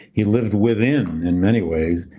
he lived within, in many ways,